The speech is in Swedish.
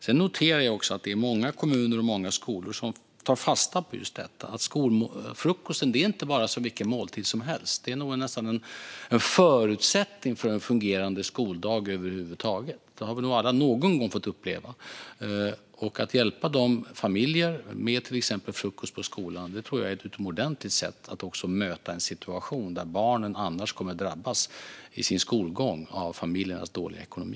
Sedan noterar jag att många kommuner och skolor tar fasta på just detta: Frukosten är inte som vilken måltid som helst; den är nästan en förutsättning för en fungerande skoldag över huvud taget. Det har vi nog alla någon gång fått uppleva. Att hjälpa dessa familjer med exempelvis frukost på skolan tror jag är ett utomordentligt sätt att möta en situation där barnen annars kommer att drabbas i sin skolgång av familjernas dåliga ekonomi.